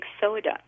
soda